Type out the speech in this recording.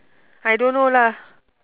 I don't know lah